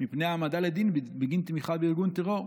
מפני העמדה לדין בגין תמיכה בארגון טרור.